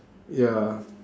ya